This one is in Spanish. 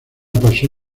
pasó